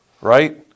Right